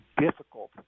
difficult